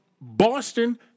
Boston